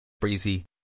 Breezy